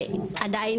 שעדיין,